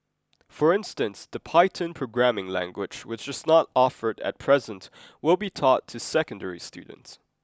for instance the Python programming language which is not offered at present will be taught to secondary students